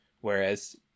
Whereas